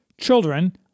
children